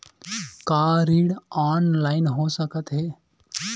का ऋण ऑनलाइन हो सकत हे?